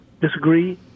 disagree